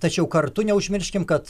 tačiau kartu neužmirškim kad